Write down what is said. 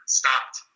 stopped